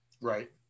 right